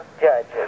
judges